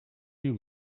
you